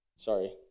sorry